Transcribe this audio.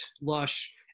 lush